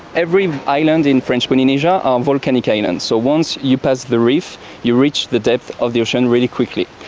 every island in french polynesia are volcanic islands. so once you pass the reef you reach the depth of the ocean really quickly.